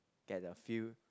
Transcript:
get a few